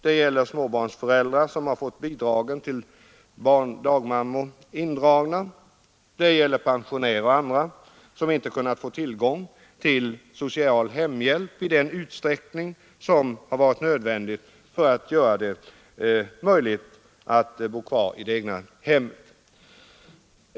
Det gäller småbarnsföräldrar, som har fått bidragen till dagmammor indragna, det gäller pensionärer och andra som inte har kunnat få tillgång till social hemhjälp i den utsträckning som varit nödvändig för att göra det möjligt för dem att bo kvar i det egna hemmet.